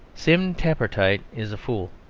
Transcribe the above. sim tappertit is a fool,